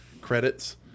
credits